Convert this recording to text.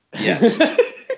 Yes